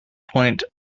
point